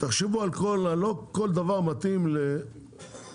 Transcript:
תחשבו, לא כל דבר מתאים למלחמה.